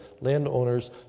landowners